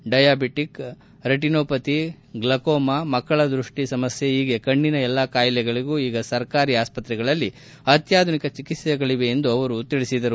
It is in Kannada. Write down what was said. ಡಯಾಬಿಟಕ್ ರೆಟನೋಪಥಿ ಗ್ಲಕೋಮಾ ಮಕ್ಕಳ ದೃಷ್ಠಿ ಸಮಸ್ಕೆ ಹೀಗೆ ಕಣ್ಣಿನ ಎಲ್ಲಾ ಕಾಯಿಲೆಗಳಗೂ ಈಗ ಸರ್ಕಾರಿ ಆಸ್ಷತ್ರೆಗಳಲ್ಲಿ ಅತ್ಯಾಧುನಿಕ ಚಿಕಿತ್ಸೆಗಳಿವೆ ಎಂದು ಅವರು ಹೇಳಿದರು